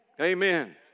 Amen